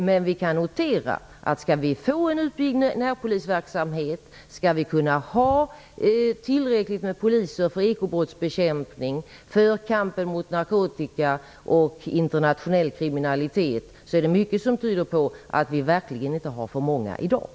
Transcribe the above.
Men det kan noteras att om vi skall kunna få en utbyggd närpolisverksamhet och om vi skall kunna ha tillräckligt med poliser för ekobrottsbekämpning, för kampen mot narkotika och mot internationell kriminalitet är det mycket som tyder på att vi verkligen inte har för många poliser i dag.